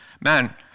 man